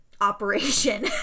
operation